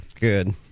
Good